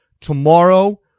tomorrow